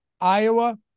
Iowa